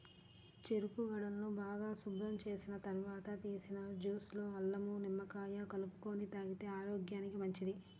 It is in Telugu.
చెరుకు గడలను బాగా శుభ్రం చేసిన తర్వాత తీసిన జ్యూస్ లో అల్లం, నిమ్మకాయ కలుపుకొని తాగితే ఆరోగ్యానికి మంచిది